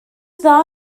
dda